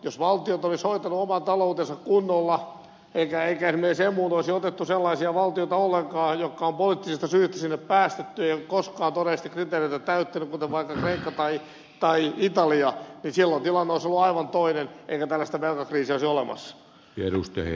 jos valtiot olisivat hoitaneet oman taloutensa kunnolla eikä esimerkiksi emuun olisi otettu sellaisia valtioita ollenkaan jotka on poliittisista syistä sinne päästetty eivätkä ole koskaan todellisesti kriteereitä täyttäneet kuten vaikka kreikka tai italia silloin tilanne olisi ollut aivan toinen eikä tällaista velkakriisiä olisi olemassa